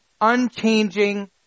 unchanging